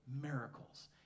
miracles